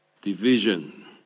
division